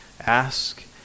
Ask